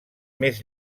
més